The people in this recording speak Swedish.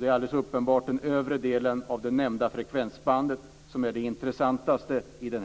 Det är alldeles uppenbart den övre delen av det nämnda frekvensbandet som är intressantast här.